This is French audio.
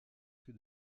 que